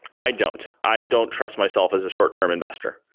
i don't. i don't trust myself as a short-term investor.